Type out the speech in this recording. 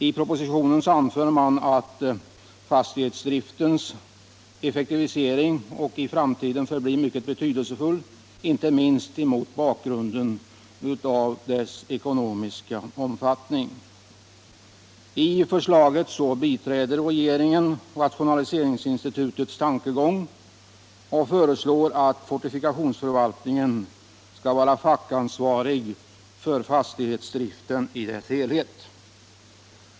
I propositionen anförs att fastighetsdriftens effektivisering är och i framtiden förblir mycket betydelsefull, inte minst mot bakgrund av dess ekonomiska omfattning. Genom förslaget biträder regeringen rationaliseringsinstitutets tankegång att fortifikationsförvaltningen skall vara fackansvarig för fastighetsdriften i dess helhet.